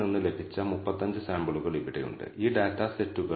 നമ്മൾ വിവരിച്ച ഫോർമുലകൾ ഉപയോഗിച്ച് ഡാറ്റയിൽ നിന്നുള്ള കണക്കുകൂട്ടലുകൾ